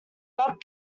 rock